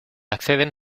acceden